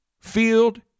field